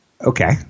okay